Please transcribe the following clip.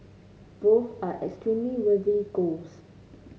both are extremely worthy goals